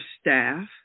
staff